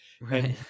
Right